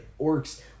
orcs